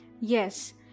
Yes